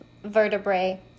Vertebrae